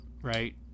right